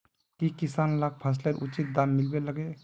की किसान लाक फसलेर उचित दाम मिलबे लगे?